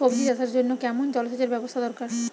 সবজি চাষের জন্য কেমন জলসেচের ব্যাবস্থা দরকার?